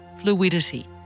fluidity